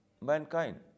mankind